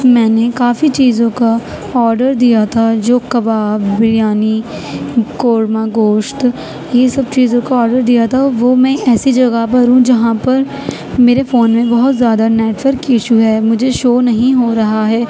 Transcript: میں نے کافی چیزوں کا آرڈر دیا تھا جو کباب بریانی قورمہ گوشت یہ سب چیزوں کا آرڈر دیا تھا وہ میں ایسی جگہ پر ہوں جہاں پر میرے فون میں بہت زیادہ نیٹ ورک کی ایشو ہے مجھے شو نہیں ہو رہا ہے